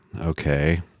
okay